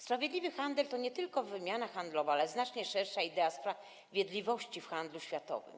Sprawiedliwy handel to nie tylko wymiana handlowa, ale znacznie szersza idea sprawiedliwości w handlu światowym.